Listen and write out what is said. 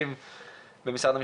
רצינו לפתוח עם עמדת המשרדים.